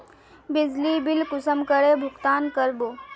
बिजली बिल कुंसम करे भुगतान कर बो?